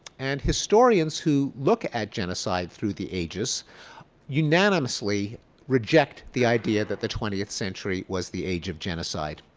and historians who look at genocide through the ages unanimously reject the idea that the twentieth century was the age of genocide.